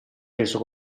preso